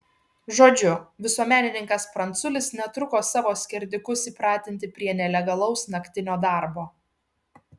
žodžiu visuomenininkas pranculis netruko savo skerdikus įpratinti prie nelegalaus naktinio darbo